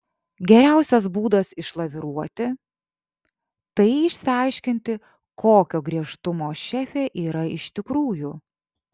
geriausias būdas išlaviruoti tai išsiaiškinti kokio griežtumo šefė yra iš tikrųjų